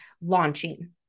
launching